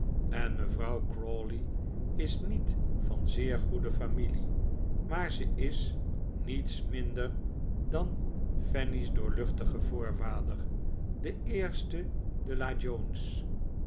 en mevrouw crawley is niet van zeer goede familie maar ze is niets minder dan fanny's doorluchtige voorvader de eerste de